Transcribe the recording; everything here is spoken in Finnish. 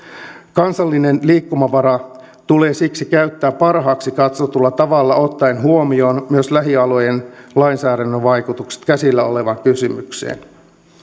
kansallinen liikkumavara tulee siksi käyttää parhaaksi katsotulla tavalla ottaen huomioon myös lähialojen lainsäädännön vaikutukset käsillä olevaan kysymykseen